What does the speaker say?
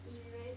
it's very